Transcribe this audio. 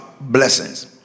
blessings